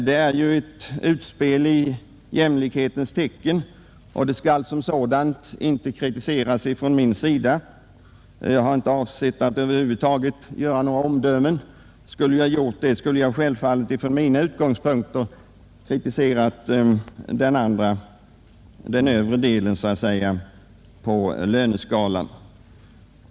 Det är ju ett utspel i jämlikhetens tecken, och det skall som sådant inte kritiseras av mig — jag har inte avsett att över huvud taget fälla några omdömen. Skulle jag ha gjort det, skulle jag självfallet från mina utgångspunkter snarare ha kritiserat den övre delen på löneskalan.